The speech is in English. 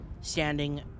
standing